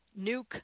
nuke